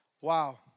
Wow